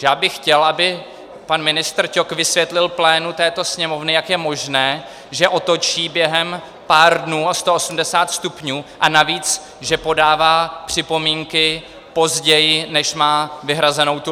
Takže já bych chtěl, aby pan ministr Ťok vysvětlil plénu této Sněmovny, jak je možné, že otočí během pár dnů o 180 stupňů, a navíc, že podává připomínky později, než má vyhrazenou lhůtu.